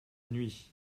nuit